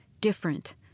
different